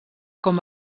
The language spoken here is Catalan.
com